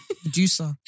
producer